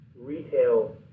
Retail